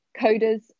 coders